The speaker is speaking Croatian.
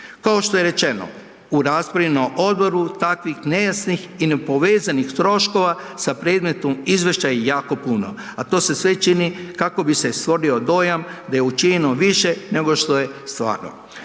Kao što je rečeno u raspravi na odboru, takvih nejasnih i nepovezanih troškova sa predmetom izvješća je jako puno, a to se sve čini kako bi se stvorio dojam da je učinjeno više nego što je stvarno.